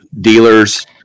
dealers